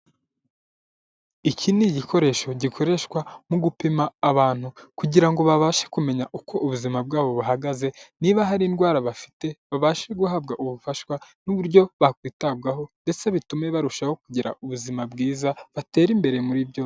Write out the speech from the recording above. Iki ni igikoresho gikoreshwa mu gupima abantu kugira ngo babashe kumenya uko ubuzima bwabo buhagaze, niba hari indwara bafite babashe guhabwa ubufasha n'uburyo bakwitabwaho, ndetse bitume barushaho kugira ubuzima bwiza batera imbere muri byose.